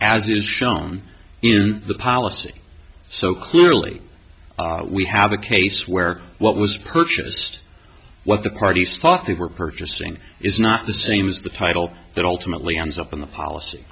as is shown in the policy so clearly we have a case where what was purchased what the parties thought they were purchasing is not the same as the title that ultimately ends up in the policy